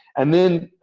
and then,